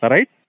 Right